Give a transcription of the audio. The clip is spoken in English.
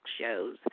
shows